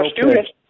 students